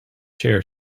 chair